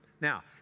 Now